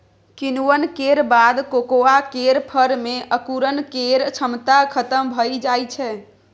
किण्वन केर बाद कोकोआ केर फर मे अंकुरण केर क्षमता खतम भए जाइ छै